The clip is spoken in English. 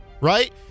Right